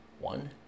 one